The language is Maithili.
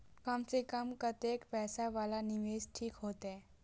कम से कम कतेक पैसा वाला निवेश ठीक होते?